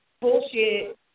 bullshit